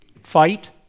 fight